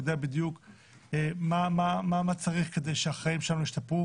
יודע בדיוק מה צריך כדי שהחיים ישתפרו